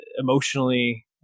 emotionally